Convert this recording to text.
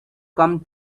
come